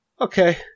Okay